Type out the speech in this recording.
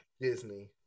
Disney